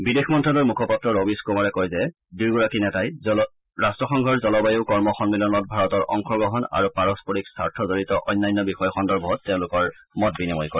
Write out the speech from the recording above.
বিদেশ মন্তালয়ৰ মুখপাত্ৰ ৰবিশ কুমাৰে কয় যে দুয়োগৰাকী নেতাই ৰাষ্ট্ৰসংঘৰ জলবায়ু কৰ্ম সম্মিলনত ভাৰতৰ অংশগ্ৰহণ আৰু পাৰস্পৰিক স্বাৰ্থজড়িত অন্যান্য বিষয় সন্দৰ্ভত তেওঁলোকৰ মত বিনিময় কৰে